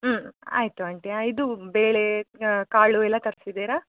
ಹ್ಞೂ ಆಯಿತು ಆಂಟಿ ಇದು ಬೇಳೆ ಕಾಳು ಎಲ್ಲ ತರ್ಸಿದ್ದೀರಾ